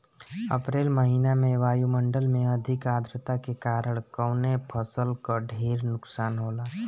अप्रैल महिना में वायु मंडल में अधिक आद्रता के कारण कवने फसल क ढेर नुकसान होला?